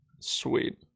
sweet